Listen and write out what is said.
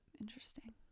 Interesting